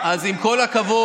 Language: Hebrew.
אז עם כל הכבוד,